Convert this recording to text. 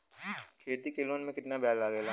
खेती के लोन में कितना ब्याज लगेला?